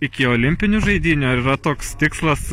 iki olimpinių žaidynių ar yra toks tikslas